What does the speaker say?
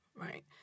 right